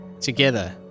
Together